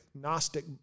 Gnostic